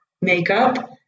makeup